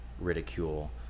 ridicule